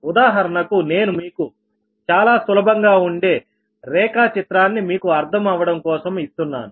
ఉదాహరణకు నేను మీకు చాలా సులభంగా ఉండే రేఖా చిత్రాన్ని మీకు అర్థం అవ్వడం కోసం ఇస్తున్నాను